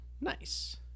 Nice